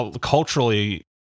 culturally